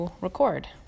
record